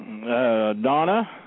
Donna